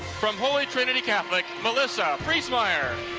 from holy trinity catholic, melissa freesmeyer.